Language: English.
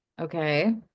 Okay